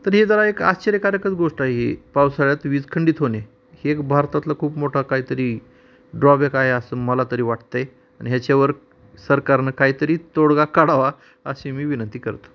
तर ही जरा एक आश्चर्यकारकच गोष्ट आहे ही पावसाळ्यात वीज खंडित होणे हे एक भारतातला खूप मोठा काहीतरी ड्रॉबॅक आहे असं मला तरी वाटतं आहे आणि ह्याच्यावर सरकारनं काहीतरी तोडगा काढावा अशी मी विनंती करतो